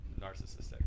narcissistic